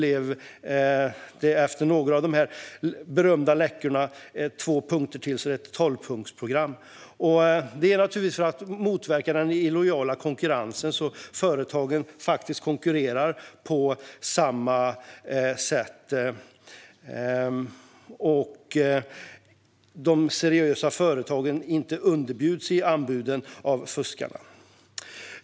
Efter några av de berömda läckorna blev det två punkter till, så det är ett tolvpunktsprogram. Det har naturligtvis gjorts för att motverka den illojala konkurrensen, så att företagen konkurrerar på samma sätt och så att de seriösa företagen inte underbjuds av fuskarna vid anbuden.